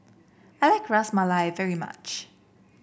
I like Ras Malai very much